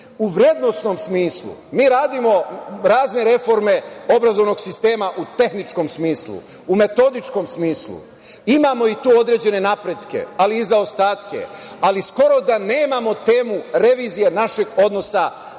u vrednosnom smislu, mi radimo razne reforme obrazovnog sistema u tehničkom smislu, u metodičkom smislu, imamo i tu određene napretke, ali i zaostatke, ali skoro da nemamo temu revizije našeg odnosa, našeg